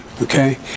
Okay